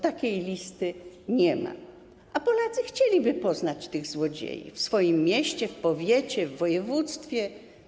Takiej listy nie ma, a Polacy chcieliby poznać tych złodziei, może są w ich mieście, powiecie, województwie.